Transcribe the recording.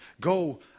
go